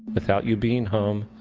without you being home,